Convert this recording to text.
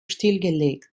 stillgelegt